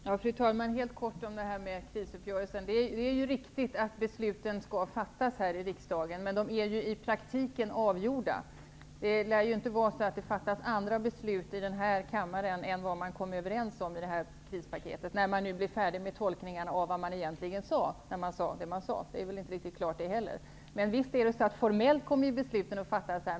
Fru talman! Jag vill helt kort säga några ord om detta med krisuppgörelsen. Det är riktigt att besluten skall fattas här i riksdagen. Men de är i praktiken avgjorda. Det lär knappast fattas andra beslut i denna kammare än man kom överens om i och med krispaketen, när man nu blir färdig med tolkningen av vad som egentligen sades. Det är väl inte riktigt klart det heller. Visst kommer besluten att fattas här formellt.